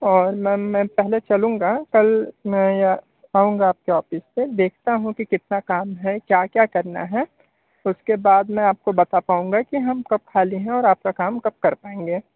और मैम मैं पहले चलूँगा कल मैं आऊँगा आपके ऑफिस से देखता हूँ कि कितना काम है क्या क्या करना है उसके बाद मैं आपको बता पाऊँगा कि हम कब ख़ाली है और आपका काम कब कर पाएंगे